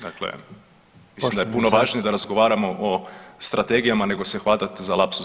Dakle, mislim da je puno važnije da razgovaramo o strategijama nego se hvatat za lapsus